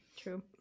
True